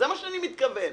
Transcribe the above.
לזה אני מתכוון.